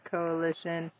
Coalition